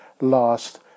last